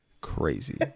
crazy